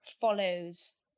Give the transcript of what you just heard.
follows